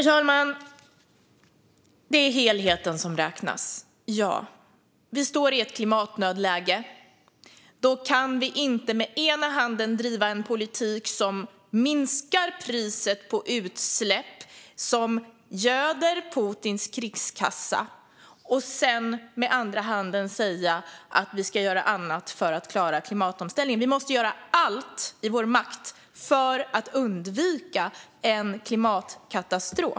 Herr talman! Ja, det är helheten som räknas. Vi står i ett klimatnödläge. Då kan vi inte med den ena handen driva en politik som minskar priset på utsläpp och göder Putins krigskassa och med den andra handen visa att vi ska göra annat för att klara klimatomställningen. Vi måste göra allt som står i vår makt för att undvika en klimatkatastrof.